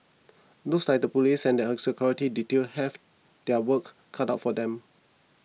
looks like the police and her security detail have their work cut out for them